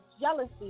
jealousy